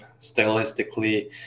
stylistically